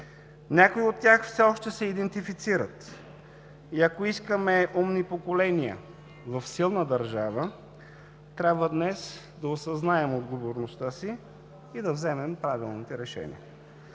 Някои от тях все още се идентифицират, и ако искаме умни поколения в силна държава, трябва днес да осъзнаем отговорността си и да вземем правилните решения.